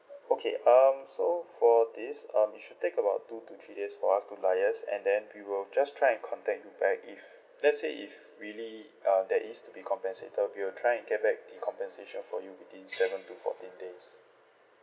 okay um so for this um it should take about two to three days for us to liaise and then we will just try and contact you back if let's say if really um there is to be compensated we'll try and get back the compensation for you within seven to fourteen days